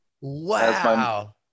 Wow